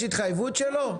יש התחייבות שלו?